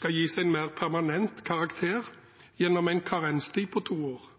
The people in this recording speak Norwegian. skal gis en mer permanent karakter, gjennom en karantenetid på to år.